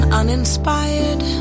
uninspired